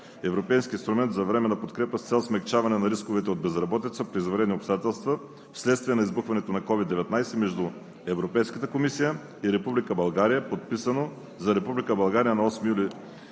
Европейски инструмент за временна подкрепа с цел смекчаване на рисковете от безработица при извънредни обстоятелства вследствие на избухването на COVID-19, между Европейската комисия и Република България,